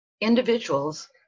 individuals